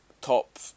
top